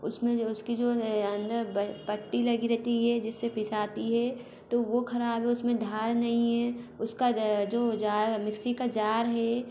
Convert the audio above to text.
उसमें उसकी जो है अंदर पट्टी लगी रहती है जिससे पिसाती है तो वो खराब है उसमें धार नहीं है उसका जो जार मिक्सी का जार है